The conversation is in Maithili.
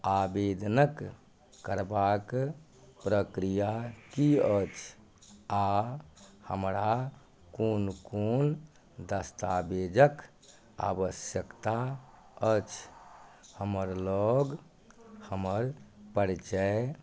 आबेदन करबाक प्रक्रिया की अछि आ हमरा कोन कोन दस्ताबेजक आवश्यकता अछि हमरा लग हमर परिचय